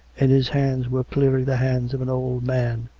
and his hands were clearly the hands of an old man,